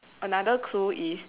another clue is